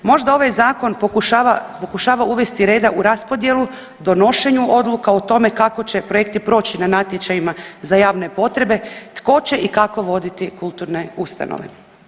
Možda ovaj zakon pokušava uvesti reda u raspodjelu, donošenju odluka o tome kako će projekti proći na natječajima za javne potrebe, tko će i kako voditi kulturne ustanove.